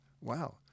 Wow